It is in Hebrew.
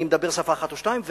אני מדבר שפה אחת או שתיים,